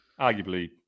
arguably